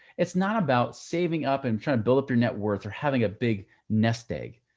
it's not about saving up and trying to build up your net worth or having a big nest egg.